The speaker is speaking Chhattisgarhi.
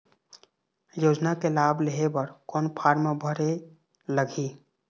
योजना के लाभ लेहे बर कोन फार्म भरे लगही?